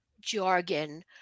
jargon